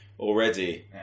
already